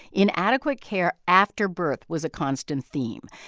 inadequate care after birth was a constant theme.